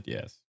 Yes